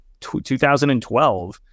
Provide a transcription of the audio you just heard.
2012